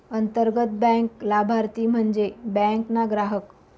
अंतर्गत बँक लाभारती म्हन्जे बँक ना ग्राहक